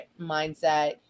mindset